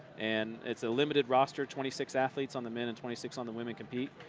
and it's a limited roster. twenty six athletes on the men and twenty six on the women compete.